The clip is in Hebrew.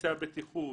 בכיסא הבטיחות,